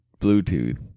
Bluetooth